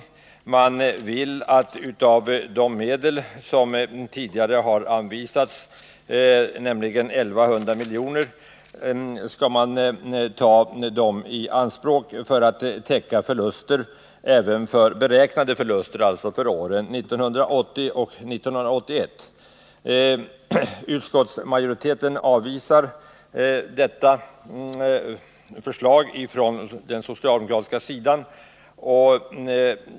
De vill att tidigare anvisade medel, 1 100 milj.kr., skall tas i anspråk för att täcka även beräknade förluster, alltså omfatta även åren 1980 och 1981. Utskottsmajoriteten avvisar detta förslag från den socialdemokratiska sidan.